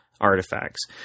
artifacts